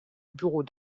bureau